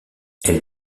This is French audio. elle